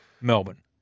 Melbourne